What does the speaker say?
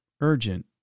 Urgent